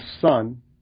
son